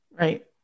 Right